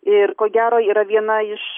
ir ko gero yra viena iš